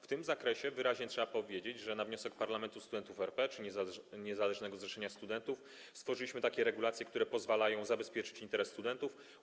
W tym zakresie wyraźnie trzeba powiedzieć, że na wniosek Parlamentu Studentów RP i Niezależnego Zrzeszenia Studentów stworzyliśmy takie regulacje, które pozwalają zabezpieczyć interes studentów.